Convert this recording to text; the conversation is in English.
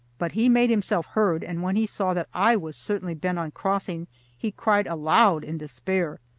but he made himself heard and when he saw that i was certainly bent on crossing he cried aloud in despair.